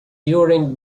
during